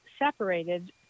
separated